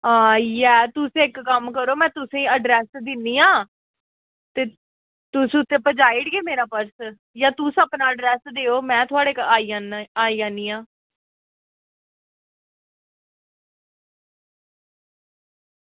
हां इ'यै ऐ तुस इक कम्म करो में तुसेंगी अड्रैस दिन्नी आं ते तुस उत्थें पजाई ओड़गे मेरा पर्स जां तुस अपना अड्रैस देओ में थुआढ़े आई जन्ना आं आई जन्नी आं